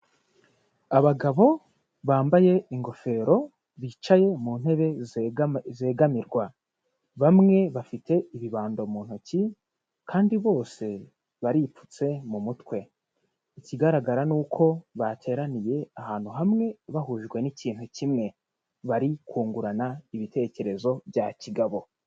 Abagabo bambaye ingofero, bicaye mu ntebe zegamirwa. Bamwe bafite ibibando mu ntoki ,kandi bose baripfutse mu mutwe. Ikigaragara ni uko bateraniye ahantu hamwe, bahujwe n'ikintu kimwe. Bari kungurana ibitekerezo bya kigabo.